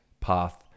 path